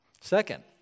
Second